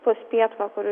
pūs pietvakarių